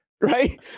right